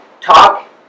talk